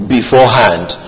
Beforehand